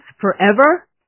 forever